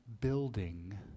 building